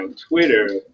Twitter